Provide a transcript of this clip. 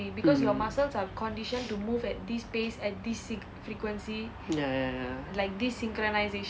mm ya ya ya